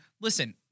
listen